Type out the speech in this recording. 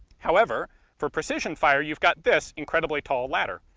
however for precision fire you've got this incredibly tall ladder.